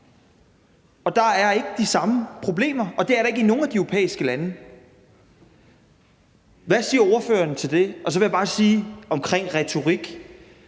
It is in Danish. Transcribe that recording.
Og der er ikke de samme problemer, og det er der ikke i nogen af de europæiske lande. Hvad siger ordføreren til det? Og så vil jeg bare sige omkring retorik,